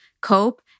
cope